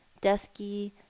dusky